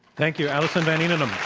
thank you alison van eenennaam. ah